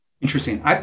Interesting